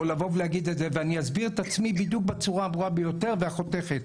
אני אסביר את עצמי בדיוק בצורה הברורה ביותר והחותכת.